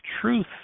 Truth